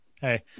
hey